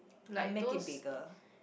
I make it bigger